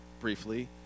briefly